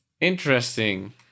Interesting